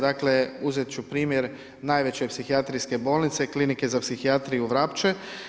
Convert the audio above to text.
Dakle, uzet ću primjer najveće psihijatrijske bolnice Klinike za psihijatriju Vrapče.